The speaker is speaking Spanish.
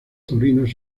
taurinos